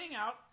out